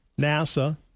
NASA